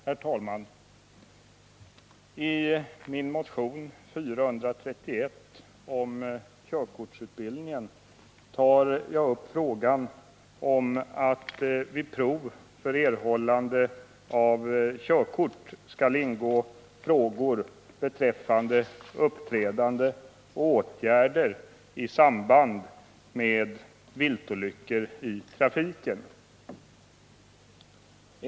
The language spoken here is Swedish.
Herr talman! I min motion 431 om körkortsutbildningen föreslår jag att vid prov för erhållande av körkort skall ingå frågor beträffande uppträdande och åtgärder i samband med viltolyckor i trafiken.